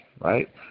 right